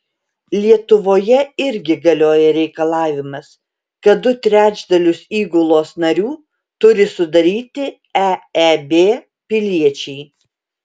lietuvoje irgi galioja reikalavimas kad du trečdalius įgulos narių turi sudaryti eeb piliečiai